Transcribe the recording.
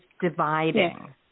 dividing